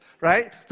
right